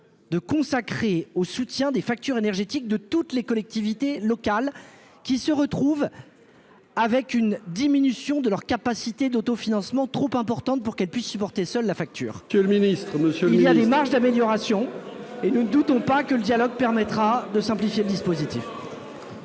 de consacrer au soutien des factures énergétiques de toutes les collectivités locales qui se retrouvent avec une diminution de leur capacité d'autofinancement trop importante pour qu'elle puisse supporter seuls la facture que le ministre, monsieur, il y a les marges d'amélioration et ne doutons pas que le dialogue permettra de simplifier le dispositif.